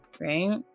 right